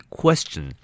question